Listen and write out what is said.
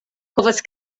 povas